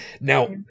now